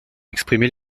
exprimer